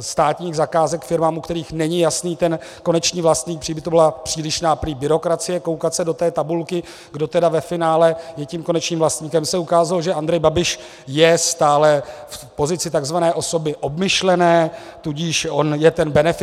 státních zakázek firmám, u kterých není jasný konečný vlastník, prý by to byla přílišná byrokracie koukat se do té tabulky, kdo tedy ve finále je konečným vlastníkem se ukázalo, že Andrej Babiš je stále v pozici tzv. osoby obmyšlené, tudíž on je ten beneficient.